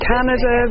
Canada